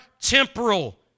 temporal